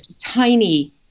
tiny